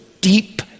deep